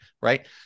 right